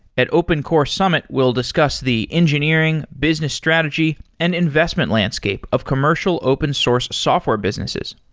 at open core summit, we'll discuss the engineering, business strategy and investment landscape of commercial open source software businesses.